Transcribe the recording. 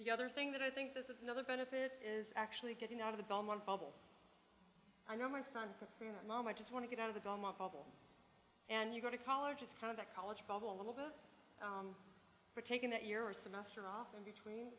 the other thing that i think this is another benefit is actually getting out of the belmont bubble i know my son moment just want to get out of the drama problem and you go to college it's kind of a college bubble a little bit for taking that year or semester off in between